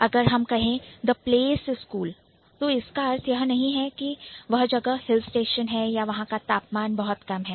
अगर हम कहें The place is cool the place is cool तो इसका अर्थ यह नहीं है कि वह जगह हिल स्टेशन है या वहां का तापमान बहुत कम है